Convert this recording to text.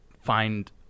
find